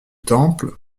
temple